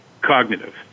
cognitive